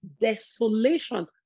desolation